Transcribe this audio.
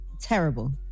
terrible